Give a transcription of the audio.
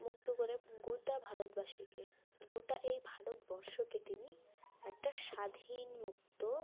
মুক্ত করে গোটা ভারতবাসীকে গোটা এই ভারতবর্ষকে তিনি একটা স্বাধীন মুক্ত